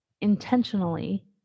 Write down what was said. intentionally